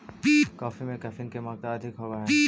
coffee में caffeine की मात्रा अधिक होवअ हई